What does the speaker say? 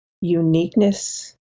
uniqueness